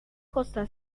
costa